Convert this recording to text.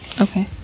Okay